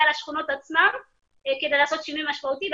לשכונות עצמן כדי לעשות שינוי משמעותי,